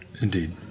Indeed